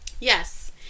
Yes